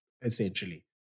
essentially